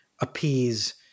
appease